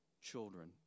children